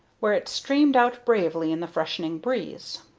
where it streamed out bravely in the freshening breeze.